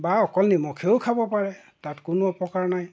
বা অকল নিমখেও খাব পাৰে তাত কোনো অপকাৰ নাই